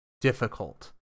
difficult